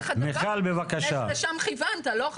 הוא לא אמר -- -לשם כיוונת, לא?